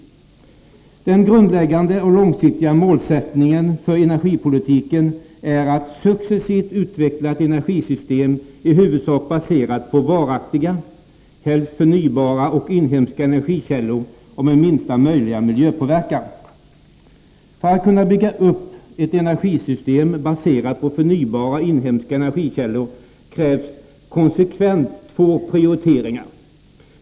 Den grundläggande och långsiktiga målsättningen för energipolitiken är att ”successivt utveckla ett energisystem i huvudsak baserat på varaktiga, helst förnybara och inhemska energikällor och med minsta möjliga miljöpåverkan”. För att vi skall kunna bygga upp ett energisystem i huvudsak baserat på förnybara och inhemska energikällor krävs konsekvent två prioriteringar.